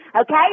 okay